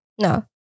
No